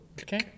Okay